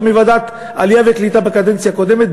ועדת העלייה והקליטה בקדנציה הקודמת,